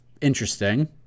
interesting